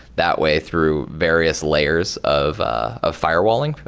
that way through various layers of ah of firewalling,